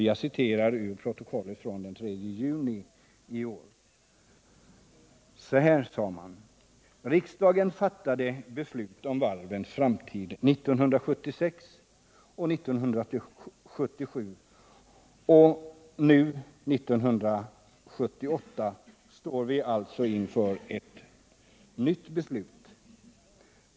Jag citerar ur protokollet: ”Riksdagen fattade beslut om varvets framtid 1976 och 1977, och nu 1978 står vi alltså inför ett nytt beslut.